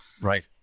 Right